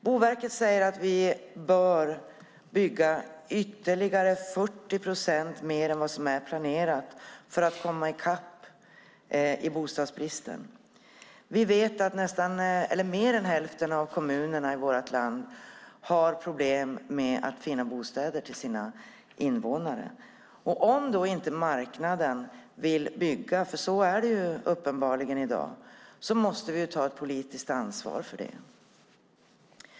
Boverket säger att vi bör bygga ytterligare 40 procent mer än vad som är planerat för att komma ikapp bostadsbristen. Vi vet att mer än hälften av kommunerna i vårt land har problem med att finna bostäder till sina invånare. Om inte marknaden vill bygga, för så är det uppenbart i dag, måste vi ta ett politiskt ansvar för det.